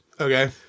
Okay